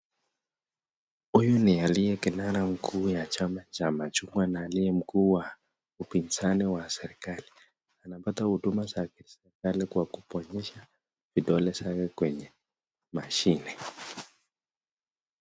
Huyu ni aliye kinara mkuu ya chama cha machungwa na aliye mkuu wa upinzani wa serikali ,anapata huduma za kiserikali kwa kubonyeza vidole zake kwenye mashine.